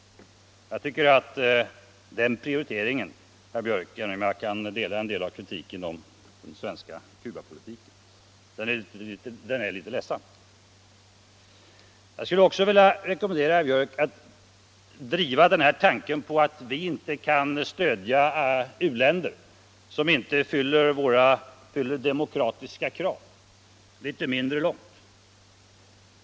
Jag tycker att den prioriteringen — även om jag kan instämma i en del av kritiken av den svenska Cubapolitiken — är litet ledsam. Jag skulle också vilja rekommendera herr Björck att driva den här tesen om att vi inte kan stödja u-länder, som inte fyller demokratiska krav, litet mindre långt.